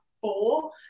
four